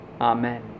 Amen